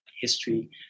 history